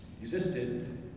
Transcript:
existed